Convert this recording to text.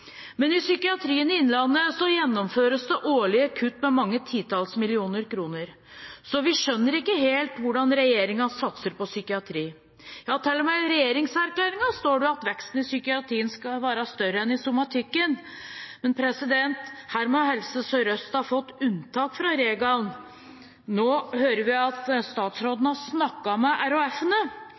men i psykiatrien i Sykehuset Innlandet gjennomføres det årlige kutt med mange titalls millioner kroner. Så vi skjønner ikke helt hvordan regjeringen satser på psykiatri. Til og med i regjeringserklæringen står det at veksten i psykiatrien skal være større enn i somatikken. Her må Helse Sør-Øst ha fått unntak fra regelen. Nå hører vi at statsråden har snakket med